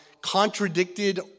contradicted